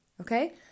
Okay